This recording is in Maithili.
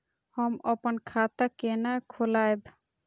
हम अपन खाता केना खोलैब?